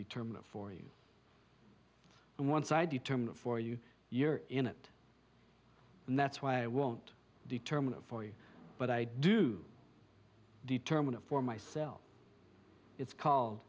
determine for you and once i determine for you you're in it and that's why i won't determine for you but i do determine it for myself it's called